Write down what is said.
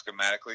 schematically